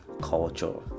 culture